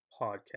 podcast